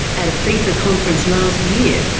at a fifa conference last year,